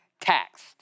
taxed